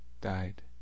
died